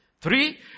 Three